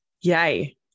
Yay